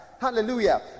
hallelujah